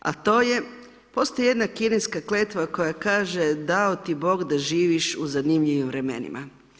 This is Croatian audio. A to je, postoji jedna kineska kletva koja kaže „Dao ti Bog da živiš u zanimljivim vremenima.